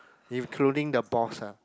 including the boss ah